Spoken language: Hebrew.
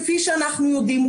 כפי שאנחנו יודעים,